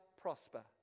prosper